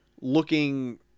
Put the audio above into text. looking